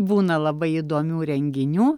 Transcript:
būna labai įdomių renginių